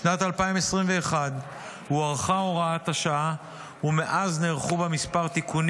משנת 2021 הוארכה הוראת השעה ומאז נערכו כמה תיקונים,